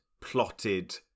plotted